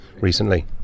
recently